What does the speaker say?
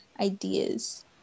ideas